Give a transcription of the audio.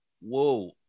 whoa